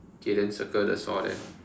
K then circle the saw then